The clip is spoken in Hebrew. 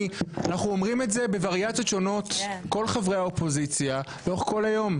אנחנו אומרים את זה בווריאציות שונות כל חברי האופוזיציה לאורך כל היום.